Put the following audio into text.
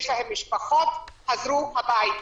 יש להם משפחות והם חזרו הביתה.